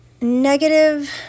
negative